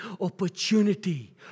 opportunity